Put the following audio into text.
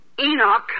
Enoch